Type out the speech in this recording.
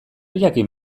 jakin